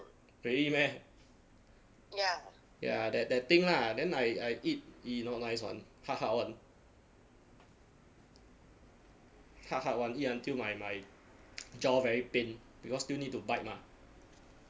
really meh ya that that thing lah then I I eat !ee! not nice [one] hard hard [one] hard hard [one] eat until my my jaw very pain because still need to bite mah